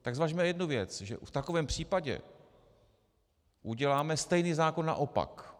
Tak zvažme jednu věc, že v takovém případě uděláme stejný zákon naopak.